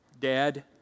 dad